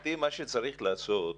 להערכתי מה שצריך לעשות,